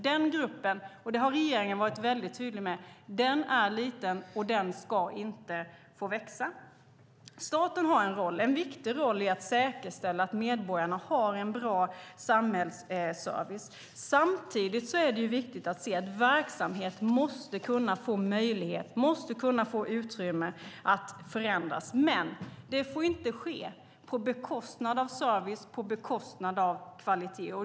Regeringen har varit väldigt tydlig med att den gruppen är liten och att den inte ska få växa. Staten har en viktig roll i att säkerställa att medborgarna har en bra samhällsservice. Samtidigt är det viktigt att se att verksamhet måste få möjlighet och utrymme att förändras. Men det får inte ske på bekostnad av service eller kvalitet.